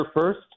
first